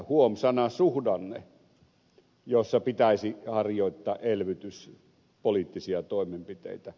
sana suhdanne jossa pitäisi harjoittaa elvytyspoliittisia toimenpiteitä